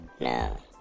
no